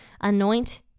anoint